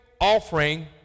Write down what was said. offering